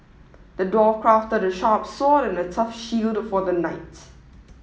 the dwarf crafted a sharp sword and a tough shield for the knight